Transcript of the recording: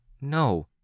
no